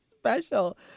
special